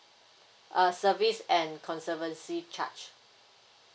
uh service and conservancy charge